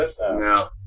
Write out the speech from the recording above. No